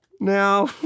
Now